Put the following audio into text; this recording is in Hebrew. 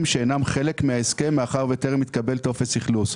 שאינם חלק מההסכם מאחר וטרם התקבל טופס אכלוס.